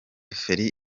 feri